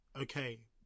okay